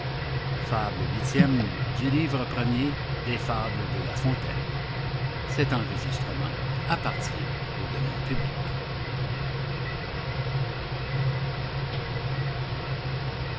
fables de la fontaine